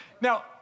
Now